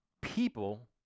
people